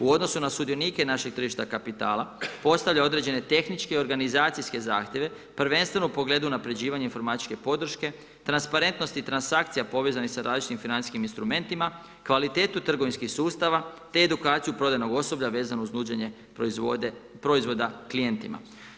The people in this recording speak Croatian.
U odnosu na sudionike našeg tržišta kapitala postavlja određene tehničke i organizacijske zahtjeve, prvenstveno u pogledu unapređivanja informatičke podrške, transparentnosti transakcija povezanih sa različitim financijskim instrumentima, kvalitetu trgovinskih sustava, te edukaciju prodajnog osoblja vezano uz nuđenje proizvoda klijentima.